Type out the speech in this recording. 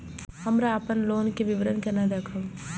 हमरा अपन लोन के विवरण केना देखब?